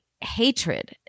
hatred